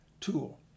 tool